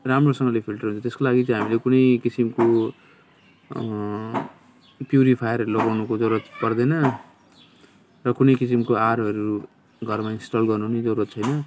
राम्रोसँगले फिल्टर हुन्छ त्यसको लागि चाहिँ हामीले कुनै किसिमको प्युरिफायरहरू लगाउनुको जरुरत पर्दैन र कुनै किसिमको आरओहरू घरमा इन्स्टल गर्नु नि जरुरत छैन